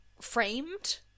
framed